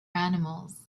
animals